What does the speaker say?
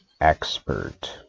expert